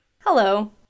Hello